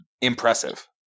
impressive